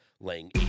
laying